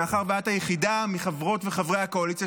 מאחר שאת היחידה מחברות וחברי הקואליציה